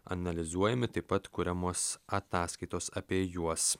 analizuojami taip pat kuriamos ataskaitos apie juos